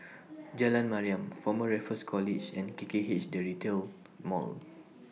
Jalan Mariam Former Raffles College and K K H The Retail Mall